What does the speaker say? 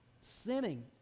sinning